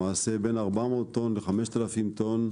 למעשה בין 400 טון ל-5,000 טון,